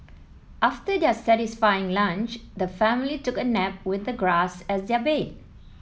after their satisfying lunch the family took a nap with the grass as their bed